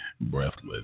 breathless